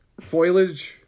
Foilage